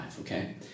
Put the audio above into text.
okay